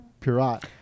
Pirat